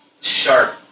sharp